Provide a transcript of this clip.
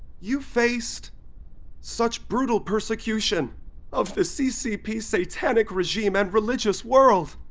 you've faced such brutal persecution of the ccp satanic regime and religious world.